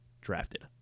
drafted